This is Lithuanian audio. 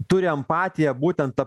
turi empatiją būtent